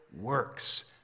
works